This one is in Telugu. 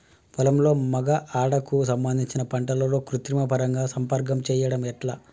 పొలంలో మగ ఆడ కు సంబంధించిన పంటలలో కృత్రిమ పరంగా సంపర్కం చెయ్యడం ఎట్ల?